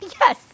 Yes